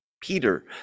Peter